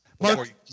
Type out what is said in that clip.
mark